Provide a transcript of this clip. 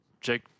Jake